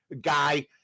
guy